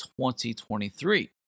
2023